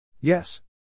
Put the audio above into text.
Yes